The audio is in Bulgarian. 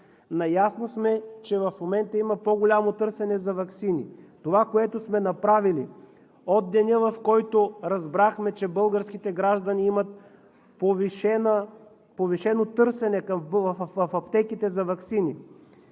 Наясно сме, че в момента има по-голямо търсене за ваксини. Това, което сме направили от деня, в който разбрахме, че българските граждани имат повишено търсене в аптеките за ваксини,